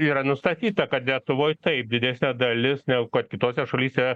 yra nustatyta kad lietuvoj taip didesnė dalis negu kad kitose šalyse